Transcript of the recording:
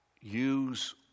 use